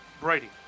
Brady